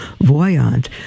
voyant